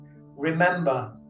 remember